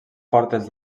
portes